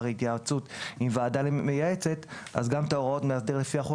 התייעצות עם ועדה מייעצת גם את הוראות המאסדר לפי החוק